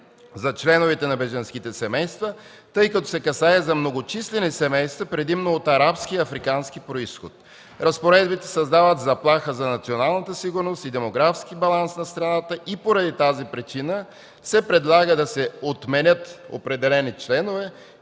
за членовете на бежанските семейства, тъй като се касае за многочислени семейства, предимно от арабски и африкански произход. Разпоредбите създават заплаха за националната сигурност и демографския баланс на страната и поради тази причина се предлага да се отменят чл. 34, чл.